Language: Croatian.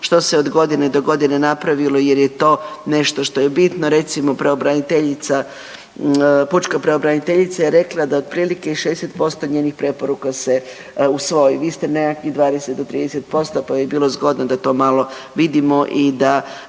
što se od godine do godine napravilo jer je to nešto što je bitno. Recimo pravobraniteljica, pučka pravobraniteljica je rekla da otprilike i 60% njenih preporuka se usvoji. Vi ste nekakvih 20 do 30% pa bi bilo zgodno da to malo vidimo i da